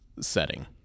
setting